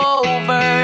over